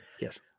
yes